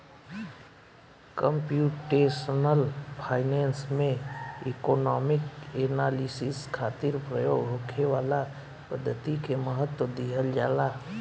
computational finance में economic analysis खातिर प्रयोग होखे वाला पद्धति के महत्व दीहल जाला